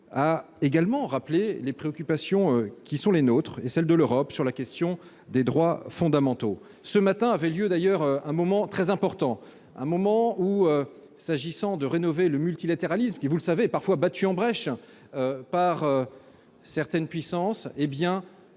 a également rappelé les préoccupations qui sont les nôtres et celle de l'Europe sur la question des droits fondamentaux. Ce matin a d'ailleurs eu lieu un moment très important pour la rénovation du multilatéralisme, qui- vous le savez -est parfois battu en brèche par certaines puissances